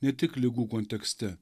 ne tik ligų kontekste